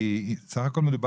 כי בסך הכל,